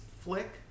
flick